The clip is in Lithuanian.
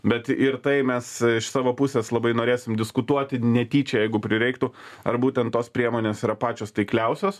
bet ir tai mes iš savo pusės labai norėsim diskutuoti netyčia jeigu prireiktų ar būtent tos priemonės yra pačios taikliausios